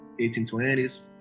1820s